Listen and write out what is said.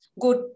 good